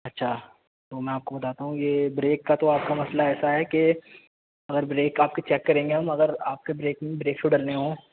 اچھا تو میں آپ کو بتاتا ہوں یہ بریک کا تو آپ کا مسئلہ ایسا ہے کہ اگر بریک آپ کے چیک کریں گے ہم اگر آپ کے بریک میں بریک شو ڈلنے ہوں